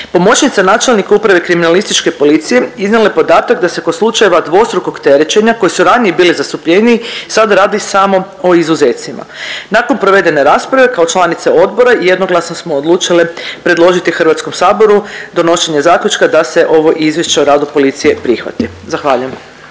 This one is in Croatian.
Pomoćnica načelnika Uprave kriminalističke policije iznijela je podatak da se kod slučajeva dvostrukog terećenja koji su ranije bili zastupljeniji sada radi samo o izuzecima. Nakon provedene rasprave kao članice odbora jednoglasno smo odlučile predložiti Hrvatskom saboru donošenje zaključka da se ovo izvješće o radu policije prihvati. Zahvaljujem.